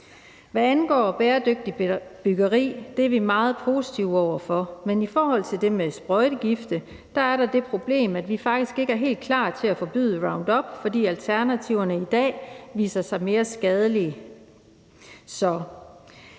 Hvad angår bæredygtigt byggeri, er vi meget positive over for det. Men i forhold til det med sprøjtegifte er der det problem, at vi faktisk ikke er helt klar til at forbyde Roundup, fordi alternativerne i dag viser sig mere skadelige.